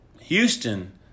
Houston